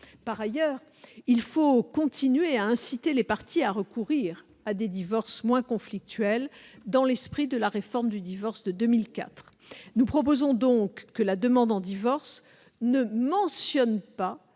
Par ailleurs, il faut continuer à inciter les parties à recourir à des divorces moins conflictuels, dans l'esprit de la réforme du divorce de 2004. Nous proposons donc que la demande en divorce n'en mentionne pas